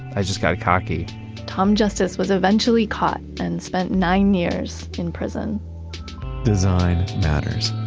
i just got cocky tom justice was eventually caught and spent nine years in prison design matters.